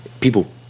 people